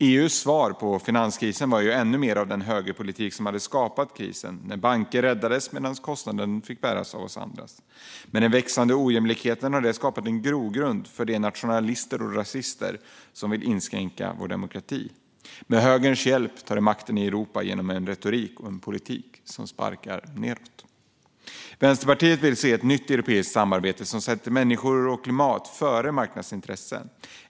EU:s svar på finanskrisen var ännu mer av den högerpolitik som hade skapat krisen. Banker räddades, medan kostnaden fick bäras av oss andra. Den växande ojämlikheten har skapat en grogrund för de nationalister och rasister som vill inskränka vår demokrati. Med högerns hjälp tar de makten i Europa genom en retorik och en politik som sparkar nedåt. Vänsterpartiet vill se ett nytt europeiskt samarbete som sätter människor och klimat före marknadsintressen.